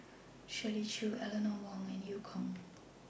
Shirley Chew Eleanor Wong and EU Kong